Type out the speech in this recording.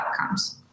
outcomes